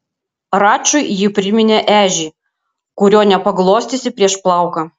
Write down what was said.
račui ji priminė ežį kurio nepaglostysi prieš plauką